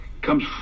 comes